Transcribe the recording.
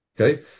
Okay